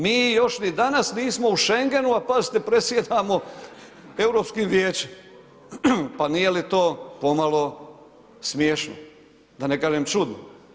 Mi još ni danas nismo u Schengenu, a pazite predsjedamo Europskim vijećem, pa nije li to pomalo smiješno da ne kažem čudno.